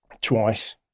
twice